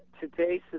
today's